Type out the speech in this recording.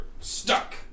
stuck